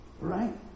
Right